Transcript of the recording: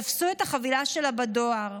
תפסו את החבילה שלה בדואר.